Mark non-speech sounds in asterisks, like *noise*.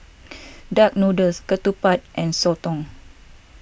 *noise* Duck Noodles Ketupat and Soto